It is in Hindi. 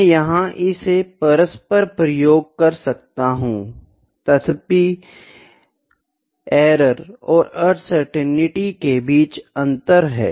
मैं यहाँ इसे परस्पर प्रयोग कर सकता हूँ तथापि एरर और अनसर्टेनिटी के बीच अंतर है